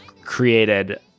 created